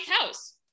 house